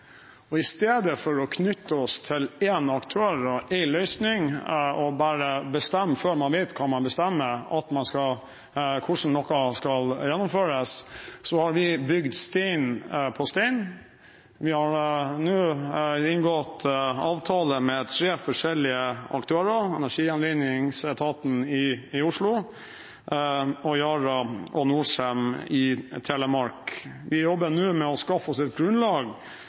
I stedet for å knytte oss til én aktør og én løsning og bare bestemme – før man vet hva man skal bestemme – hvordan noe skal gjennomføres, har vi bygd stein på stein. Vi har nå inngått avtaler med tre forskjellige aktører: Energigjenvinningsetaten i Oslo og Yara og Norcem i Telemark. Vi jobber nå med å skaffe oss et